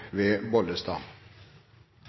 ved